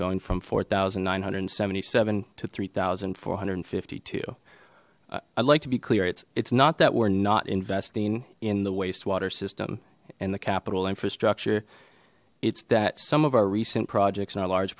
going from four thousand nine hundred and seventy seven to three thousand four hundred and fifty two i'd like to be clear it's it's not that we're not investing in the wastewater system and the capital infrastructure it's that some of our recent projects and our large